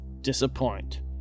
disappoint